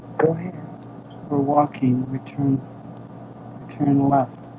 go ahead we're walking. we turn turn left